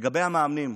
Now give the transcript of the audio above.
לגבי המאמנים,